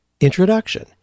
introduction